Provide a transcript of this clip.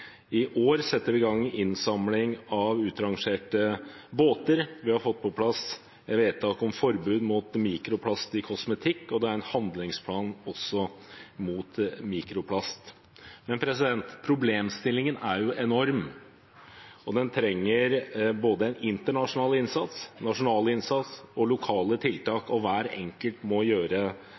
I år setter vi i gang innsamling av utrangerte båter. Vi har fått på plass vedtak om forbud mot mikroplast i kosmetikk, og det er en handlingsplan også mot mikroplast. Problemstillingen er enorm. Den trenger internasjonal innsats, nasjonal innsats og lokale tiltak, og hver enkelt må gjøre